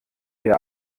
der